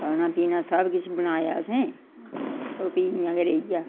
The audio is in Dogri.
खाना पीना सब किश बनाया असें ओह् फ्ही इ'यां गै रेहिया